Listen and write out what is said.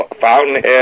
Fountainhead